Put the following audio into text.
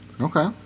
okay